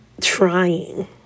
trying